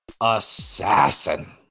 assassin